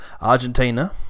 Argentina